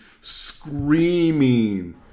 screaming